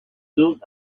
dug